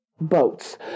boats